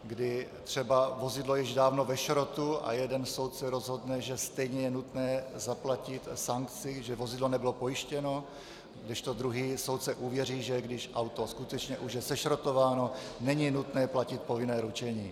Kdy třeba vozidlo je již dávno ve šrotu a jeden soudce rozhodne, že stejně je nutné zaplatit sankci, že vozidlo nebylo pojištěno, kdežto druhý soudce uvěří, že když auto skutečně už je sešrotováno, není nutné platit povinné ručení.